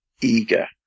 eager